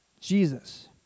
Jesus